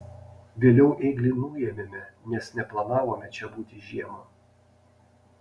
vėliau ėglį nuėmėme nes neplanavome čia būti žiemą